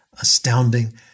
astounding